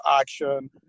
action